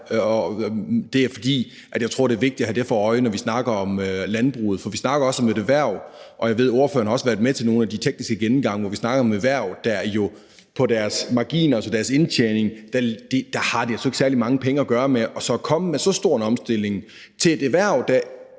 der, er, at jeg tror, det er vigtigt at have det for øje, når vi snakker om landbruget, for vi snakker også om et erhverv – og jeg ved, at ordføreren også har været med til nogle af de tekniske gennemgange – der jo på deres margin, altså deres indtjening, ikke har ret mange penge at gøre med. Så at komme med så stor en omstilling til et erhverv, der,